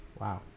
Wow